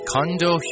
Kondo